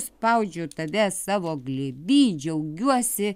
spaudžiu tave savo glėby džiaugiuosi